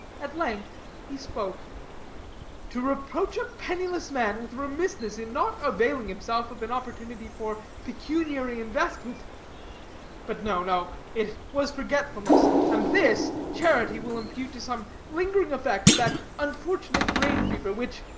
at length he spoke to reproach a penniless man with remissness in not availing himself of an opportunity for pecuniary investment but, no, no it was forgetfulness and this, charity will impute to some lingering effect of that unfortunate brain-fever, which,